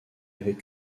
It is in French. avait